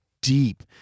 deep